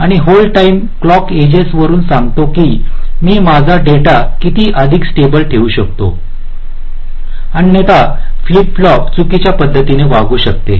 आणि hold time clock edges वरुन सांगते की मी माझा डेटा किती अधिक स्टेबल ठेवू शकतो अन्यथा फ्लिप फ्लॉप चुकीच्या पद्धतीने वागू शकते